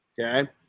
Okay